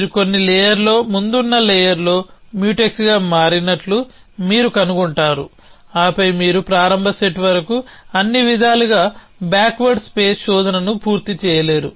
మీరు కొన్ని లేయర్లో ముందున్న లేయర్లో మ్యూటెక్స్గా మారినట్లు మీరు కనుగొంటారు ఆపై మీరు ప్రారంభ సెట్ వరకు అన్ని విధాలుగా బ్యాక్వర్డ్ స్పేస్ శోధనను పూర్తి చేయలేరు